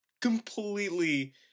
completely